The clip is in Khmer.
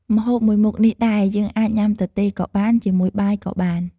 ម្ហូបមួយមុខនេះដែរ យើងអាចញុាំទទេក៏បាន ជាមួយបាយក៏បាន។